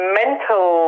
mental